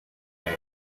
hiv